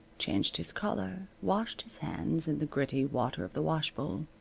changed his collar, washed his hands in the gritty water of the wash bowl,